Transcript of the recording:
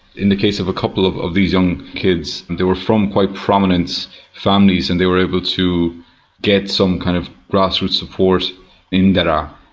in the case of a couple of of these young kids, they were from quite prominent families and they were able to get some kind of grassroots support in daraa,